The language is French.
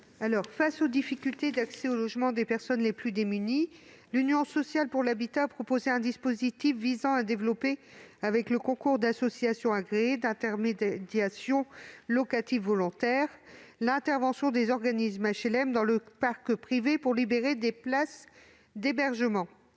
Face aux difficultés d'accès au logement des personnes les plus démunies, l'Union sociale pour l'habitat a proposé un dispositif visant à développer, avec le concours d'associations agréées d'intermédiation locative volontaires, l'intervention des organismes d'HLM dans le parc privé, afin de libérer des places d'hébergement.